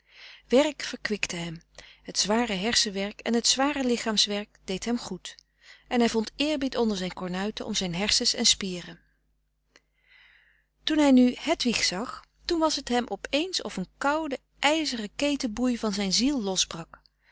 werk verkwikte hem het zware hersenwerk en het zware frederik van eeden van de koele meren des doods lichaamswerk deed hem goed en hij vond eerbied onder zijn kornuiten om zijn hersens en spieren toen hij nu hedwig zag toen was t hem op eens of een koude ijzeren keten boei van zijn ziel